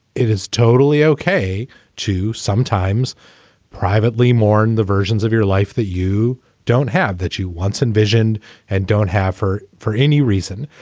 it is totally okay to sometimes privately mourn the versions of your life that you don't have that you once envisioned and don't have for for any reason.